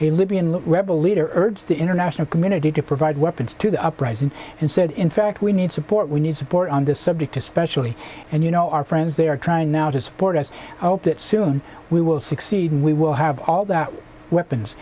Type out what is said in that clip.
urge the international community to provide weapons to the uprising and said in fact we need support we need support on this subject especially and you know our friends they are trying now to support us i hope that soon we will succeed and we will have all the weapons